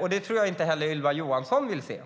Och det tror jag inte heller att Ylva Johansson vill se.